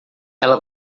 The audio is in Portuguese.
ela